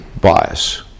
Bias